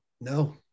No